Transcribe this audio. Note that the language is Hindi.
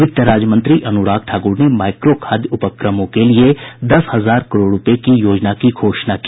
वित्त राज्य मंत्री अनुराग ठाकुर ने माइक्रो खाद्य उपक्रमों के लिए दस हजार करोड़ रूपये की योजना की घोषणा की